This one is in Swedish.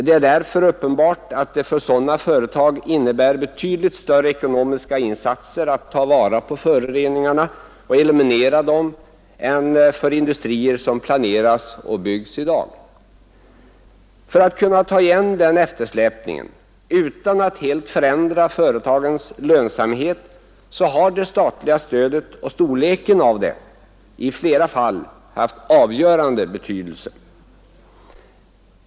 Det är därför uppenbart att det för sådana företag innebär större ekonomiska insatser att eliminera föroreningarna än för industrier som planeras och byggs i dag. När det gäller att ta igen den eftersläpningen utan att helt förändra företagens lönsamhet har det statliga stödet och dess storlek i flera fall haft avgörande betydelse.